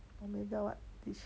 omega what